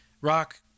rock